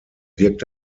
wirkt